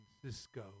Francisco